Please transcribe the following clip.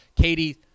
Katie